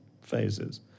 phases